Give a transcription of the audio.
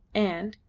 and,